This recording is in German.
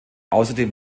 außerdem